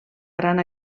gran